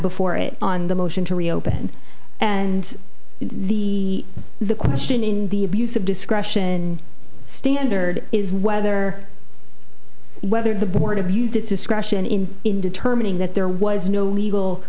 before it on the motion to reopen and the the question in the abuse of discretion standard is whether whether the board abused its discretion in in determining that there was no legal